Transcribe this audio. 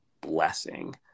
blessing